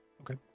Okay